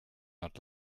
not